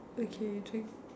okay drink